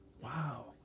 Wow